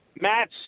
Matt